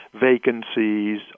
vacancies